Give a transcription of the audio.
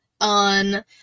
on